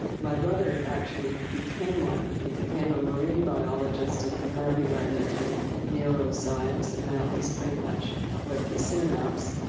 my brother actually became one. one. he became a marine biologist. and from there, he went into neuroscience, and now he's pretty much with the synapse.